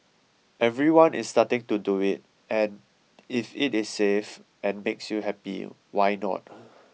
everyone is starting to do it and if it is safe and makes you happy why not